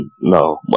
no